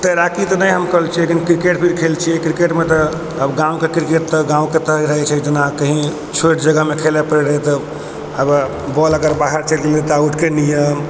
तैराकी तऽ हम नहि करने छी लेकिन क्रिकेट खेलने छियै क्रिकेटमे तऽ अब गामके क्रिकेट तऽ गाँवके अछि जेना छोट जगहमे कहीं खेलै लए पड़ै रहै तऽ अब बॉल अगर बाहर चलि गेलै तऽ आउटके नियम या